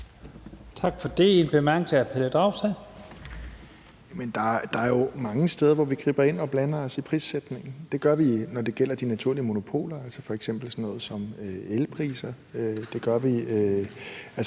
Kl. 19:33 Pelle Dragsted (EL): Men der er jo mange steder, hvor vi griber ind og blander os i prissætningen. Det gør vi, når det gælder de naturlige monopoler, f.eks. sådan noget som elpriser og